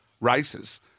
races